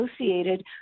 associated